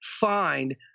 find